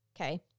Okay